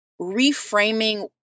reframing